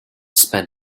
spend